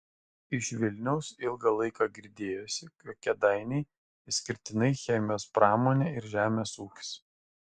iš vilniaus ilgą laiką girdėjosi jog kėdainiai išskirtinai chemijos pramonė ir žemės ūkis